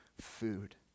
food